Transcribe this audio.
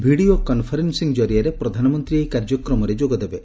video conferencing ଜରିଆରେ ପ୍ରଧାନମନ୍ତୀ ଏହି କାର୍ଯ୍ୟକ୍ରମରେ ଯୋଗଦେବେ